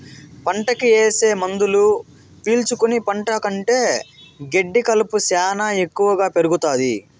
పంటకి ఏసే మందులు పీల్చుకుని పంట కంటే గెడ్డి కలుపు శ్యానా ఎక్కువగా పెరుగుతాది